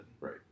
Right